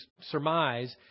surmise